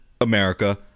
America